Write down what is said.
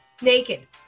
Naked